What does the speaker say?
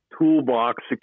toolbox